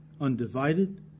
undivided